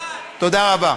תודה רבה.